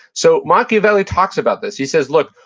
so machiavelli talks about this. he says, look,